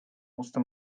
musste